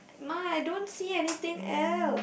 my I don't see anything else